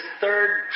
third